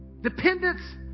Dependence